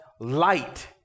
light